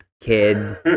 kid